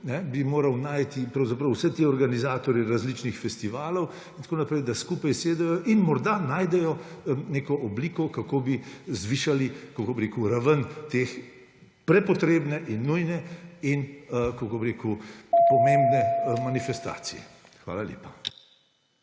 dejavnosti najti pravzaprav vse te organizatorje različnih festivalov in tako naprej, da skupaj sedejo in morda najdejo neko obliko, kako bi zvišali raven te prepotrebne in nujne in pomembne manifestacije. Hvala lepa.